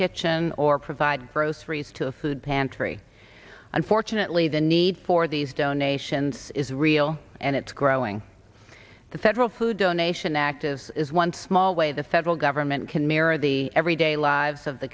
kitchen or provide groceries to a food pantry unfortunately the need for these donations is real and it's growing the federal food donation active is one small way the federal government can mirror the everyday lives of the